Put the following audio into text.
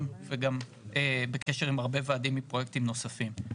וגם בקשר עם הרבה ועדים מפרויקטים נוספים.